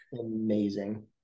amazing